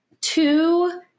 two